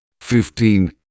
fifteen